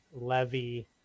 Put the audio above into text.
levy